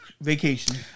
vacation